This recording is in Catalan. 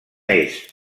est